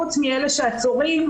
חוץ מאלה שעצורים,